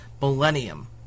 millennium